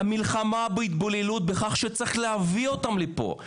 המלחמה בהתבוללות בכך שצריך להביא אותם לפה,